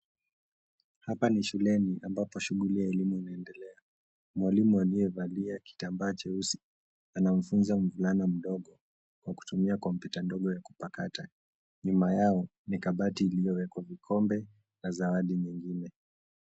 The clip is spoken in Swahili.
Hapa ni shuleni ambapo shughuli ya elimu inaendelea. Mwalimu aliyevalia kitambaa cheusi anafunza mvulana mdogo kwa kutumia kompyuta ndogo ya kupakata. Nyuma yao ni kabati iliyowekwa vikombe na zawadi nyingine.